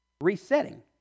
Resetting